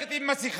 ללכת עם מסכה,